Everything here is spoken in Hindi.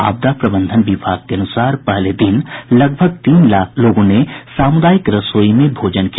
आपदा प्रबंधन विभाग के अनुसार पहले दिन लगभग तीन लाख लोगों ने सामुदायिक रसोई में भोजन किया